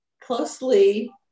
closely